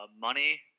Money